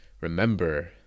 remember